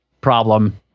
problem